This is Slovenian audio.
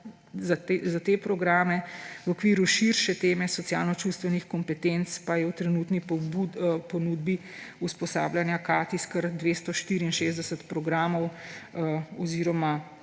za te programe. V okviru širše teme socialno-čustvenih kompetenc pa je v trenutni ponudbi usposabljanja KATIS kar 264 programov oziroma